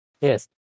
yes